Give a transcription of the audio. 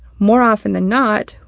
more often than not,